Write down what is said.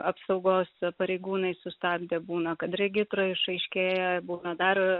apsaugos pareigūnai sustabdė būna kad regitroj išaiškėja būna dar